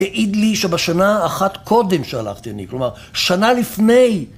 יעיד לי שבשנה אחת קודם שהלכתי אני, כלומר, שנה לפני.